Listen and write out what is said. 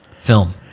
film